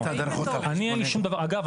אגב,